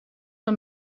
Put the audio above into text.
nur